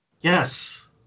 Yes